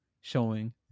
showing